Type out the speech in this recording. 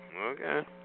Okay